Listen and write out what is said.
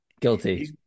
guilty